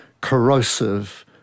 corrosive